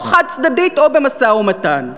או חד-צדדית או במשא-ומתן.